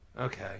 okay